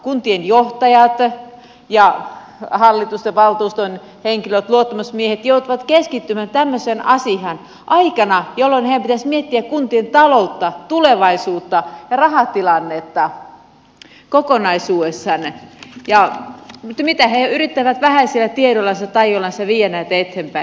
kuntien johtajat ja hallitusten ja valtuustojen henkilöt luottamusmiehet joutuvat keskittymään tämmöiseen asiaan aikana jolloin heidän pitäisi miettiä kuntien taloutta tulevaisuutta ja rahatilannetta kokonaisuudessaan mutta he yrittävät vähäisillä tiedoillansa ja taidoillansa viedä näitä eteenpäin